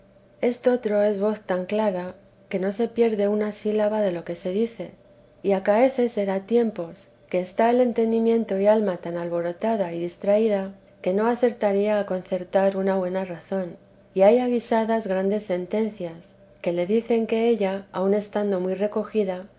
estotro es voz tan clara que no se teresa de jesús pierde una sílaba de lo que se dice y acaece ser a tiempos que está el entendimiento y alma tan alborotada y distraída que no acertaría a concertar una buena razón y halla guisadas grandes sentencias que le dicen que ella aun estando muy recogida